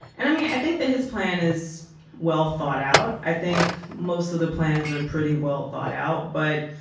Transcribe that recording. and i mean, i think that his plan is well thought out. i think most of the plans are pretty well thought out. but,